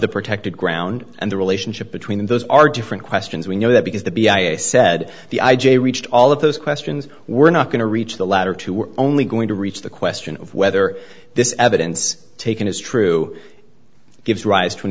the protected ground and the relationship between those are different questions we know that because the b i i said the i j reached all of those questions we're not going to reach the latter two we're only going to reach the question of whether this evidence taken is true gives ri